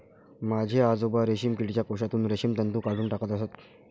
माझे आजोबा रेशीम किडीच्या कोशातून रेशीम तंतू काढून टाकत असत